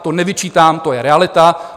To nevyčítám, to je realita.